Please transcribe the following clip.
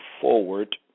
forward